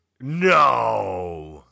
No